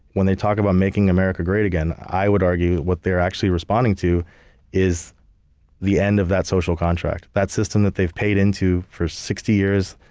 when they talk about making america great again, i would argue what they're actually responding to is the end of that social contract. that system that they've paid into for sixty years,